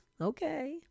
Okay